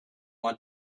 want